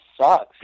sucks